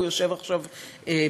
הוא יושב עכשיו בכלא.